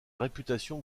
réputation